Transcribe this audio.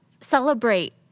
celebrate